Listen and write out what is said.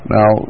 Now